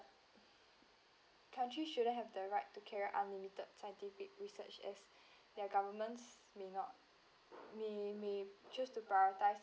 countries shouldn't have the right to carry out unlimited scientific research as their governments may not may may choose to prioritize